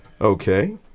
Okay